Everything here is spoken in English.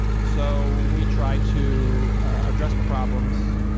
so we try to address the problems,